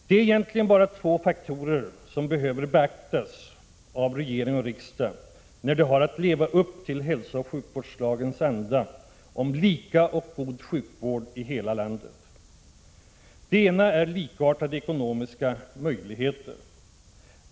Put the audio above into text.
Det är egentligen bara två faktorer som behöver beaktas av regering och riksdag när de har att leva upp till hälsooch sjukvårdslagens anda om lika och god sjukvård i hela landet. Den ena faktorn är likartade ekonomiska möjligheter.